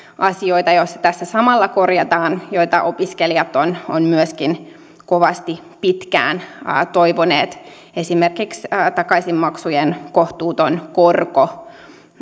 asioita joita tässä samalla korjataan joita opiskelijat ovat myöskin kovasti pitkään toivoneet esimerkiksi takaisinmaksujen kohtuuton korko